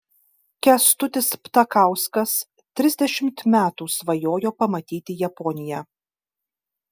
kęstutis ptakauskas trisdešimt metų svajojo pamatyti japoniją